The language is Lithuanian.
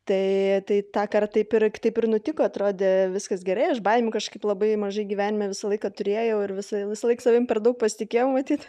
tai tai tąkart taip ir taip ir nutiko atrodė viskas gerai aš baimių kažkaip labai mažai gyvenime visą laiką turėjau ir visa visąlaik savim per daug pasitikėjau matyt